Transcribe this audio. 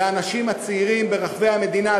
והאנשים הצעירים ברחבי המדינה,